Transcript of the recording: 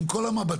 עם כל המבטים,